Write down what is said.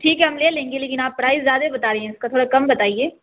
ٹھیک ہے ہم لیں گے لیکن آپ پرائس زیادہ بتا رہی ہیں اس کا تھوڑا کم بتائیے